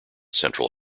central